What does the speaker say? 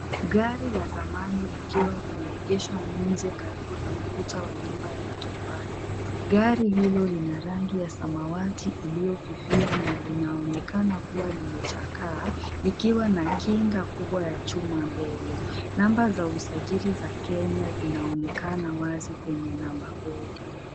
Gari la zamani likiwa limeegeshwa nje karibu na ukuta wa nyumba ya matofali. Gari hilo lina rangi ya samawati iliyofifia na inaonekana kuwa limechakaa, likiwa na kinga kubwa ya chuma mbele. Namba za usajili za Kenya zinaonekana wazi kwenye nambabodi.